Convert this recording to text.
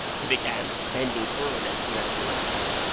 he began, bending forward as soon as we were seated,